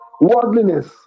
worldliness